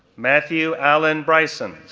matthew allen bryson,